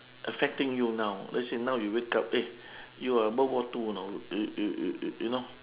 affecting you now let's say now you wake up eh you are world war two now you you you you know